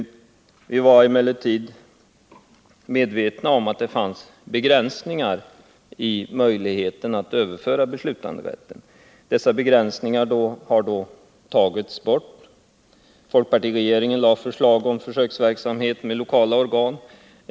Vi var emellertid medvetna om att det fanns begränsningar i möjligheterna att överföra beslutanderätten. Dessa begränsningar tas nu bort. Folkpartiregeringen lade fram förslaget om försöksverksamhet med lokala organ.